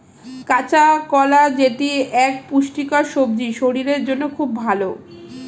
কাঁচা কলা যেটি এক পুষ্টিকর সবজি শরীরের জন্য খুব ভালো